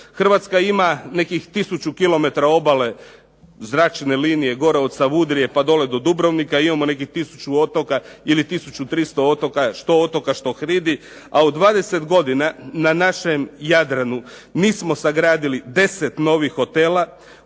Hrvatska ima nekih 1000 kilometara obale zračne linije gore od Savudrije pa dole do Dubrovnika, imamo nekih 1300 otoka, što otoka što hridi, a u 20 godina na našem Jadranu nismo sagradili 10 novih hotela,